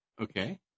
Okay